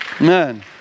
Amen